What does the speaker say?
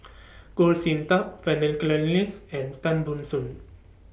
Goh Sin Tub Vernon Cornelius and Tan Ban Soon